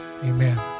amen